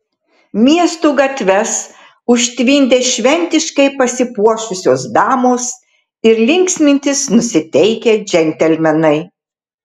miestų gatves užtvindė šventiškai pasipuošusios damos ir linksmintis nusiteikę džentelmenai